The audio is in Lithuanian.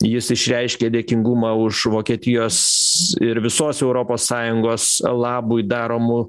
jis išreiškė dėkingumą už vokietijos ir visos europos sąjungos labui daromų